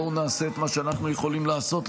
בואו נעשה את מה שאנחנו יכולים לעשות,